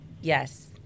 yes